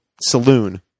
saloon